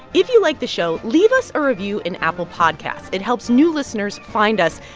if you like the show, leave us a review in apple podcast. it helps new listeners find us.